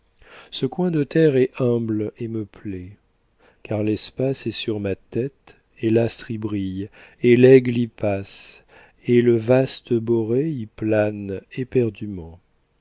ce coin de terre est humble et me plaît car l'espace est sur ma tête et l'astre y brille et l'aigle y passe et le vaste borée y plane éperdument